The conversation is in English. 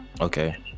Okay